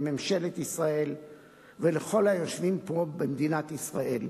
לממשלת ישראל ולכל היושבים פה במדינת ישראל.